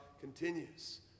continues